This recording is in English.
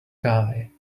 guy